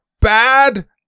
Bad